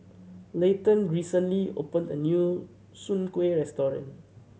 Leighton recently opened a new soon kway restaurant